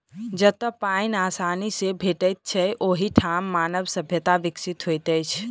जतअ पाइन आसानी सॅ भेटैत छै, ओहि ठाम मानव सभ्यता विकसित होइत अछि